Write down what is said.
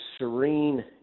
serene